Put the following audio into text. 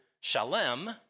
shalem